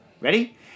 Ready